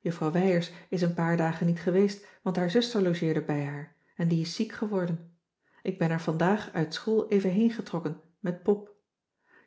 juffrouw wijers is een paar dagen niet geweest want haar zuster logeerde bij haar en die is ziek geworden ik ben er vandaag uit school even heen getrokken met pop